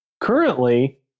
currently